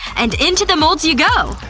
and into the molds you go!